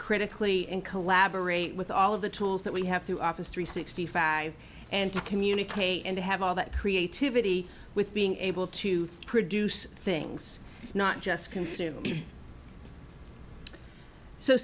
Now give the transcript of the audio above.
critically and collaborate with all of the tools that we have to office three sixty five and to communicate and to have all that creativity with being able to produce things not just consume